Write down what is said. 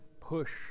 push